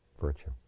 virtue